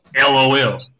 LOL